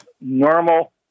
normal